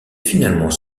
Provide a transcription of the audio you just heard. finalement